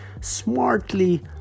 smartly